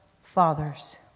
fathers